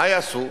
מה הם יעשו?